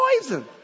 poison